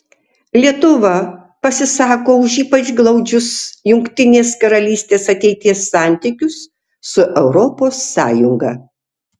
lietuva pasisako už ypač glaudžius jungtinės karalystės ateities santykius su europos sąjunga